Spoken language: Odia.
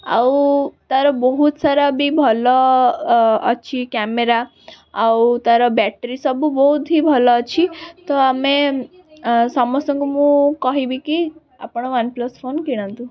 ଆଉ ତାର ବହୁତ ସାରା ବି ଭଲ ଅ ଅଛି କ୍ୟାମେରା ଆଉ ତାର ବ୍ୟାଟେରୀ ସବୁ ବହୁତ ହି ଭଲ ଅଛି ତ ଆମେ ଅ ସମସ୍ତଙ୍କୁ ମୁଁ କହିବି କି ଆପଣ ୱାନପ୍ଲସ ଫୋନ କିଣନ୍ତୁ